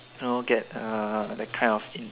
know get uh the kind of in